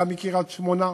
גם מקריית-שמונה.